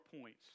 points